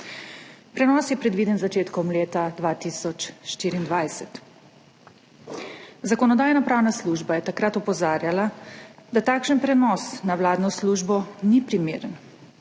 Prenos je predviden z začetkom leta 2024. Zakonodajno-pravna služba je takrat opozarjala, da takšen prenos na vladno službo ni primeren.